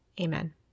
Amen